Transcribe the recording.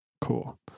Cool